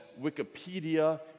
Wikipedia